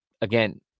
Again